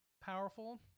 powerful